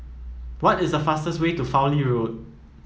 what is the fastest way to Fowlie Road